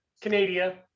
Canada